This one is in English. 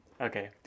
Okay